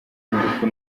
ingufu